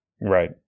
right